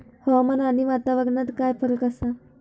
हवामान आणि वातावरणात काय फरक असा?